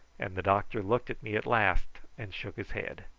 and the doctor looked at me at last and shook his head.